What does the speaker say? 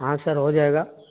ہاں سر ہو جائے گا